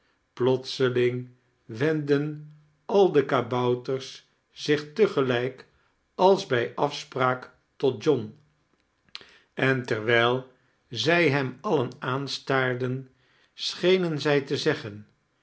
plotseling wendden al de kabouters zich te gelijk als bij aispraak tot john en terwijl zij hem alien aanstaarden schenen zij te zeggen